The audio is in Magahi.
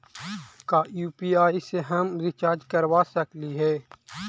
का यु.पी.आई से हम रिचार्ज करवा सकली हे?